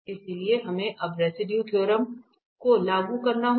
इसलिए हमें अब रेसिडुए थ्योरम को लागू करना होगा